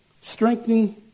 Strengthening